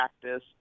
practice